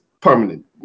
permanent